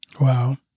Wow